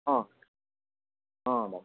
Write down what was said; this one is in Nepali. अँ अँ भाइ